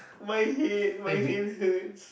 why head my head hurts